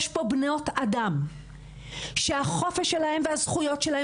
יש פה בנות אדם שהחופש שלהן והזכויות שלהן